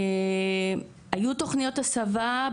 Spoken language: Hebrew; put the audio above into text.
היו תוכניות הסבה,